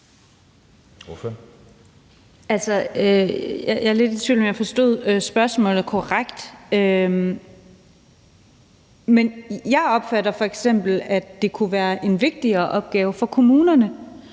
jeg er lidt i tvivl om, om jeg forstod spørgsmålet korrekt. Men jeg opfatter f.eks., at det kunne være en vigtigere opgave for kommunerne.